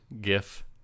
gif